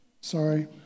Sorry